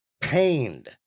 pained